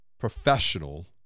Professional